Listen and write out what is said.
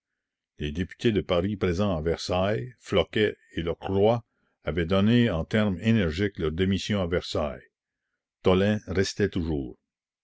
les députés de paris présents à versailles floquet et lockroy avaient donné en termes énergiques leur démission à versailles tolain restait toujours